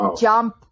jump